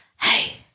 hey